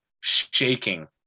shaking